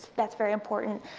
that's very important.